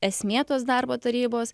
esmė tos darbo tarybos